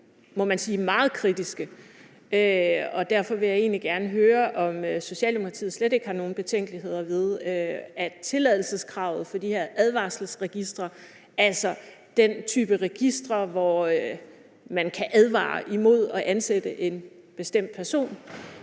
må man sige, meget kritiske. Derfor vil jeg egentlig gerne høre, om Socialdemokratiet slet ikke har nogen betænkeligheder ved, at tilladelseskravet for de her advarselsregistre, altså den type registre, hvor man kan advare imod at ansætte en bestemt person,